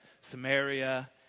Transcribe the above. Samaria